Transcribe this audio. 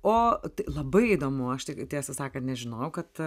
o tai labai įdomu aš tai tiesą sakant nežinojau kad